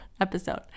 episode